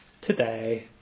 today